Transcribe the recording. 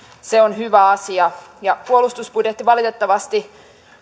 se on hyvä asia puolustusbudjetti valitettavasti